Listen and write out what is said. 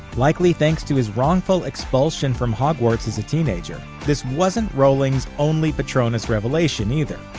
likely thanks to his wrongful expulsion from hogwarts as a teenager. this wasn't rowling's only patronus revelation, either,